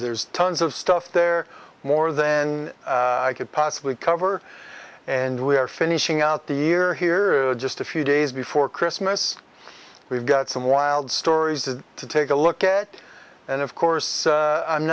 there's tons of stuff there more than i could possibly cover and we're finishing out the year here just a few days before christmas we've got some wild stories to take a look at and of course